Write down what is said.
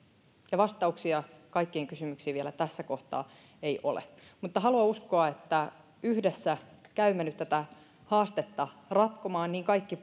ja vastauksia kaikkiin kysymyksiin vielä tässä kohtaa ei ole mutta haluan uskoa että yhdessä käymme nyt tätä haastetta ratkomaan niin kaikki